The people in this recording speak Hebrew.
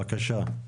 בבקשה.